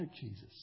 Jesus